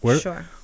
Sure